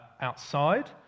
outside